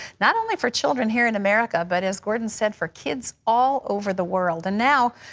not only for children here in america, but as gordon said, for kids all over the world. and now,